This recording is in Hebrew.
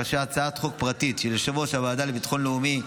כאשר הצעת חוק פרטית של יושב-ראש הוועדה לביטחון לאומי,